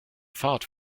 fahrt